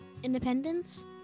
Independence